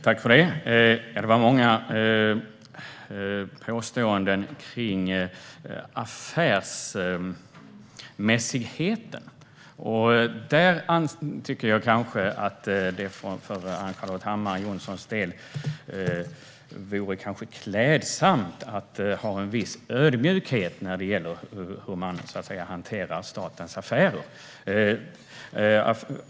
Herr talman! Det var många påståenden kring affärsmässigheten. Jag tycker kanske att det för Ann-Charlotte Hammar Johnssons del vore klädsamt med en viss ödmjukhet när det gäller hanterandet av statens affärer.